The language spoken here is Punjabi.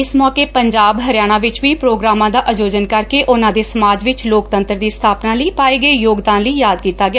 ਇਸ ਮੌਕੇ ਪੰਜਾਬ ਹਰਿਆਣਾ ਵਿਚ ਵੀ ਪ੍ਰੋਗਰਾਮਾਂ ਦਾ ਆਯੋਜਨ ਕਰਕੇ ਉਨੁਾਂ ਦੇ ਸਮਾਜ ਵਿਚ ਲੋਕਤੰਤਰ ਦੀ ਸਬਾਪਨਾ ਲਈ ਪਾਏ ਗਏ ਯੋਗਦਾਨ ਲਈ ਯਾਦ ਕੀਤਾ ਗਿਆ